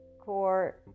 core